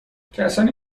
کسانی